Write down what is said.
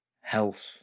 health